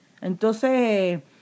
Entonces